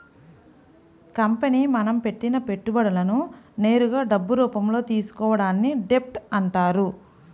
company మనం పెట్టిన పెట్టుబడులను నేరుగా డబ్బు రూపంలో తీసుకోవడాన్ని డెబ్ట్ అంటారు